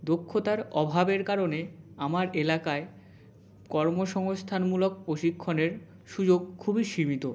দক্ষতার অভাবের কারণে আমার এলাকায় কর্মসংস্থানমূলক প্রশিক্ষণের সুযোগ খুবই সীমিত